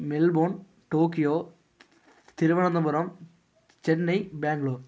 Melbourne Tokyo Thiruvananthapuram Chennai Bangalore